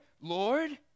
Lord